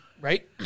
right